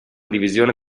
divisione